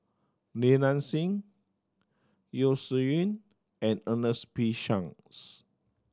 Li Nanxing Yeo Shih Yun and Ernest P Shanks